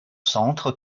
centre